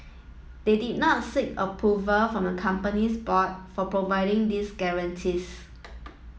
they did not seek approval from the company's board for providing these guarantees